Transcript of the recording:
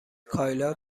کایلا